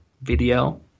video